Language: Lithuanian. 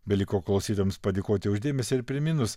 beliko klausytojams padėkoti už dėmesį ir priminus